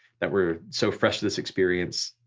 that were so fresh to this experience,